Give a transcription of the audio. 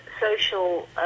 social